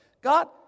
God